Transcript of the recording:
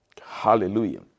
Hallelujah